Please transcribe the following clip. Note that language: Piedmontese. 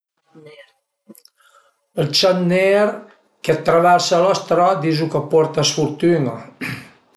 Ël ciat ner che traversa la stra a dizu ch'a porta sfurtün-a